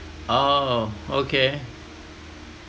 oh okay